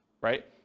right